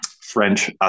French